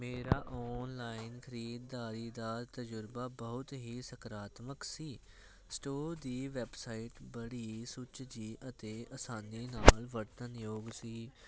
ਮੇਰਾ ਓਨਲਾਈਨ ਖਰੀਦਦਾਰੀ ਦਾ ਤਜਰਬਾ ਬਹੁਤ ਹੀ ਸਕਾਰਾਤਮਕ ਸੀ ਸਟੋ ਦੀ ਵੈਬਸਾਈਟ ਬੜੀ ਸੁਚੱਜੀ ਅਤੇ ਆਸਾਨੀ ਨਾਲ ਵਰਤਣ ਯੋਗ ਸੀ